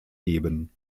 geben